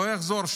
לא יחזור,